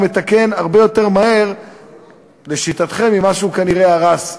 הוא מתקן הרבה יותר מהר לשיטתכם ממה שהוא כנראה הרס לשיטתכם.